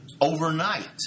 Overnight